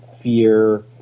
fear